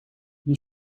you